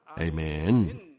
Amen